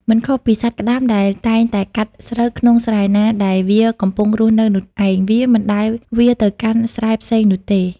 មិនខុសពីសត្វក្តាមដែលតែងតែកាត់ស្រូវក្នុងស្រែណា ដែលវាកំពុងរស់នៅនោះឯង វាមិនដែលវារទៅកាន់ស្រែផ្សេងនោះទេ ។